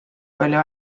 palju